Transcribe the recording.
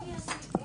לא יוציאו אותי.